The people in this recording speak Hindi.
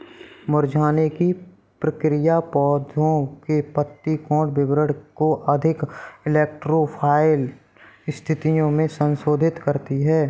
मुरझाने की प्रक्रिया पौधे के पत्ती कोण वितरण को अधिक इलेक्ट्रो फाइल स्थितियो में संशोधित करती है